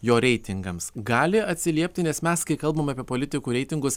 jo reitingams gali atsiliepti nes mes kai kalbam apie politikų reitingus